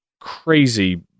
crazy